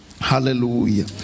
Hallelujah